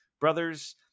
Brothers